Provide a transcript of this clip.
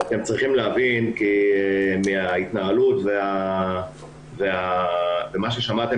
אתם צריכים להבין שמההתנהלות ומה ששמעתם